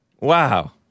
Wow